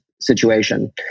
situation